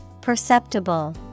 Perceptible